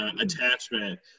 attachment